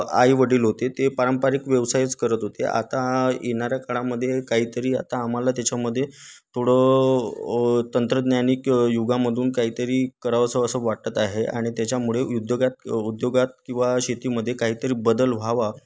आईवडील होते ते पारंपरिक व्यवसायच करत होते आता येणाऱ्या काळामध्ये काही तरी आता आम्हाला त्याच्यामध्ये थोडं तंत्रज्ञानिक युगामधून काही तरी करावंसं असं वाटत आहे आणि त्याच्यामुळे उद्योगात उद्योगात किंवा शेतीमध्ये काही तरी बदल व्हावा